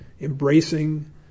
embracing